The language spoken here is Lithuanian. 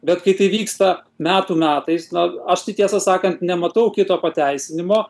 bet kai tai vyksta metų metais na aš tai tiesą sakant nematau kito pateisinimo